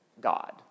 God